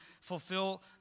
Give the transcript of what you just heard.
fulfill